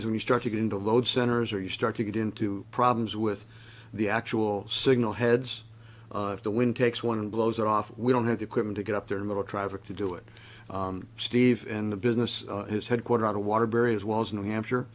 is when you start to get into load centers or you start to get into problems with the actual signal heads if the wind takes one and blows it off we don't have the equipment to get up there and little traffic to do it steve and the business has had quite a lot of water barriers walls and hampshire